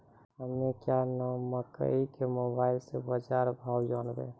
हमें क्या नाम मकई के मोबाइल से बाजार भाव जनवे?